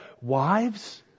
wives